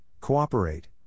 cooperate